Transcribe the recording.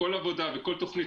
כל עבודה וכל תוכנית,